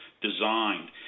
designed